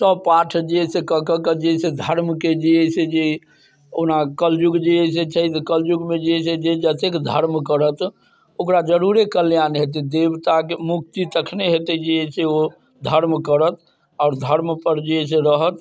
सब पाठ जे है से कऽ कऽ जे है से धर्मके जे है से जे ओना कलयुग जे है से कलजुगमे जे है से जतेक धर्म करत ओकरा जरूरे कल्याण हेतै देवताके मुक्ति तखने हेतै जे है से ओ धर्म करत आओर धर्म पर जे है से रहत